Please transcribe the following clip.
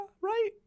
right